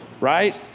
Right